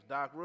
Doc